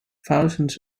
thousands